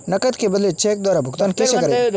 नकद के बदले चेक द्वारा भुगतान कैसे करें?